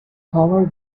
howard